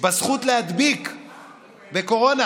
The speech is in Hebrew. בזכות להדביק בקורונה,